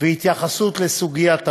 והתייחסות לסוגיית העוני.